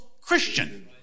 Christian